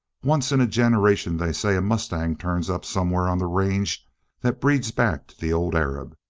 once in a generation they say a mustang turns up somewhere on the range that breeds back to the old arab.